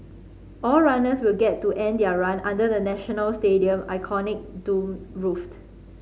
all runners will get to end their run under the National Stadium iconic domed roof